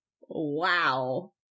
wow